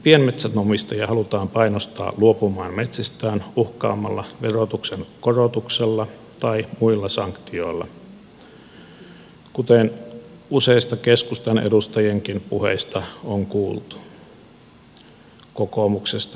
pienmetsänomistajia halutaan painostaa luopumaan metsistään uhkaamalla verotuksen korotuksella tai muilla sanktioilla kuten useista keskustan edustajienkin puheista on kuultu